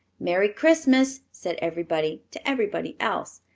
merry christmas! said everybody to everybody else,